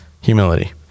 Humility